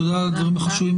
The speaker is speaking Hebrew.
תודה על הדברים החשובים.